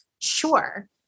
Sure